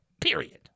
Period